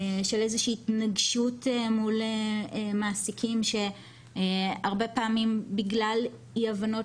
של איזושהי התנגשות מול מעסיקים שהרבה פעמים בגלל אי-הבנות,